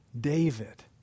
David